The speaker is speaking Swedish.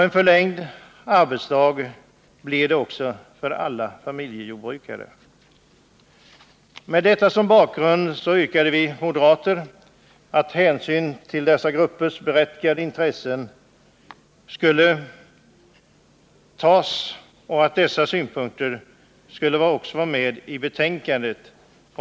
En förlängd arbetsdag blir det även för alla familjejordbrukare. Med detta som bakgrund yrkade vi moderater att hänsyn till dessa gruppers berättigade intressen skulle tas och att de här synpunkterna också skulle vara med i betänkandet.